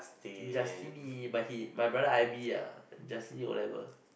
Justini but he my brother I_B ah Justini O-level